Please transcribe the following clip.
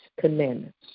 commandments